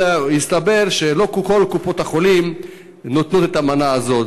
אבל התברר שלא כל קופות-החולים נותנות את המנה הזאת,